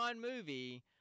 movie